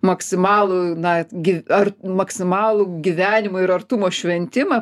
maksimalų na gi ar maksimalų gyvenimo ir artumo šventimą